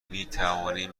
میتوانیم